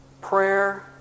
Prayer